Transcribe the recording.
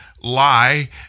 lie